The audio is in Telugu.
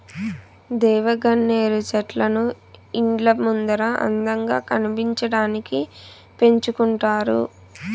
దేవగన్నేరు చెట్లను ఇండ్ల ముందర అందంగా కనిపించడానికి పెంచుకుంటారు